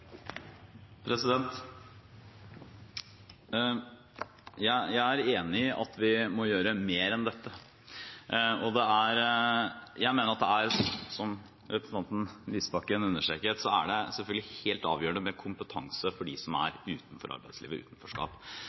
meldingen. Jeg er enig i at vi må gjøre mer enn dette. Jeg mener at det selvfølgelig er, som representanten Lysbakken understreket, helt avgjørende med kompetanse for dem som er utenfor arbeidslivet, i utenforskap.